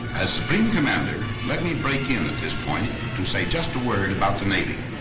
as supreme commander, let me break in at this point to say just a word about the navy.